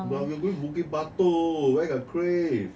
but you are going bukit batok where got crave